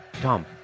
Tom